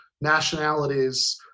nationalities